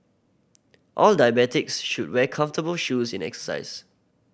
all diabetics should wear comfortable shoes in exercise